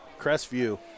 Crestview